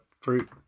fruit